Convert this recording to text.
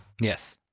Yes